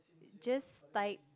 just type